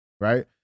right